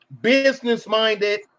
business-minded